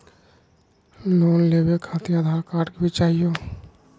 Loan लेवे खातिरआधार card भी चाहियो?